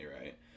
right